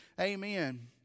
amen